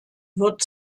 wird